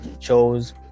chose